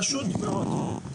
פשוט מאוד.